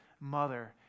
mother